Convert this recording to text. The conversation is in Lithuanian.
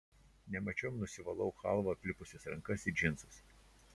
nemačiom nusivalau chalva aplipusias rankas į džinsus